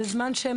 בזמן שהם